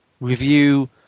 review